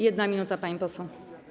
1 minuta, pani poseł.